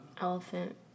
Elephant